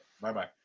Bye-bye